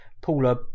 Paula